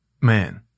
man